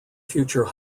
future